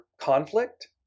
conflict